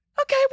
Okay